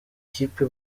kipe